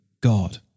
God